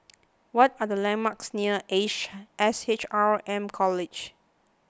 what are the landmarks near Ace S H R M College